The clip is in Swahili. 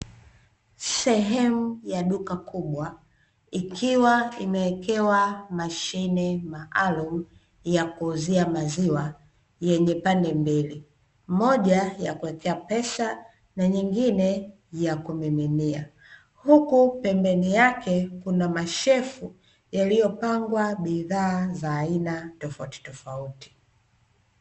Sehemu ya duka kubwa ikiwa imewekewa mashine maalumu ya kuuzia maziwa yenye pande mbili, moja ya kuwekea pesa na nyingine ya kumiminia. Huku pembeni yake kuna mashelfu yaliyopangwa bidhaa za aina tofautitofauti.